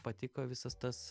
patiko visas tas